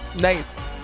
Nice